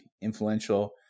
influential